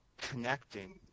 connecting